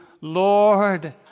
Lord